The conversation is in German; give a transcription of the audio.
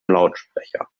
lautsprecher